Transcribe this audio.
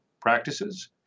practices